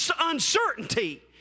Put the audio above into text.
uncertainty